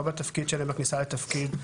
לא בכניסה לתפקיד,